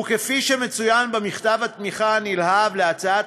וכפי שמצוין במכתב התמיכה הנלהב להצעת